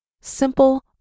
simple